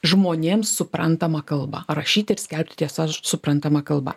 žmonėms suprantama kalba rašyti ir skelbti tiesas suprantama kalba